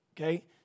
okay